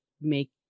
make